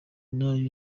nayo